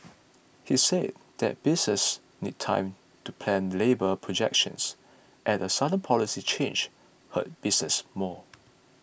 he said that businesses need time to plan labour projections and a sudden policy change hurt businesses more